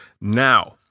now